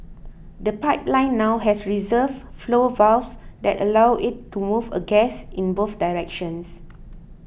the pipeline now has reserve flow valves that allow it to move a gas in both directions